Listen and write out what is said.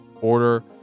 order